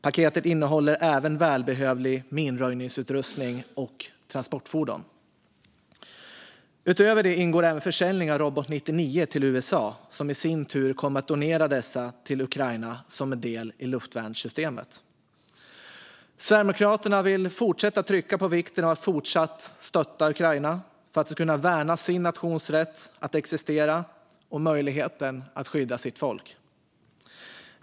Paketet innehåller även välbehövlig minröjningsutrustning och transportfordon. Utöver detta ingår även försäljning av Robot 99 till USA, som i sin tur kommer att donera dessa till Ukraina som en del i luftvärnssystemet. Sverigedemokraterna vill trycka på vikten av att fortsatt stötta Ukraina för att de ska kunna värna sin nations rätt att existera och möjligheten att skydda sitt folk.